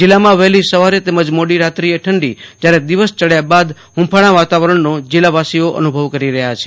જિલ્લામાં વહેલી સવારે તેમજ મોડી રાત્રીએ ઠંડી જ્યારે દિવસ ચડચા બાદ હુંફાળા વાતાવરણનો જિલ્વાસીઓ અનુભવ કરી રહ્યા છે